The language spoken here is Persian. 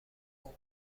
عمر